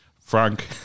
Frank